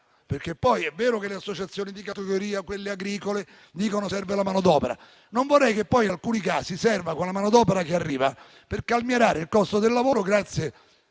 perplessità. È vero che le associazioni di categoria e quelle agricole dicono che serve la manodopera; ma non vorrei che poi, in alcuni casi, la manodopera che arriva serva per calmierare il costo del lavoro, grazie